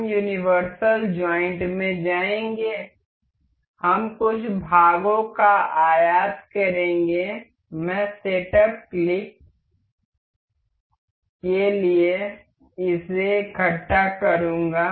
हम universal joint में जाएंगे हम कुछ भागों का आयात करेंगे मैं सेटअप क्लिक के लिए इसे इकट्ठा करूंगा